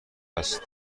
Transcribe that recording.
است